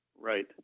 Right